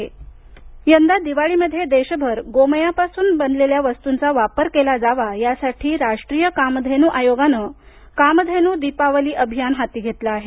कामधेन् यंदा दिवाळीमध्ये देशभर गोमयापासून बनलेल्या वस्तूचा वापर केला जावा यासाठी राष्ट्रीय कामधेनू आयोगानं कामधेनू दीपावली अभियान हाती घेतलं आहे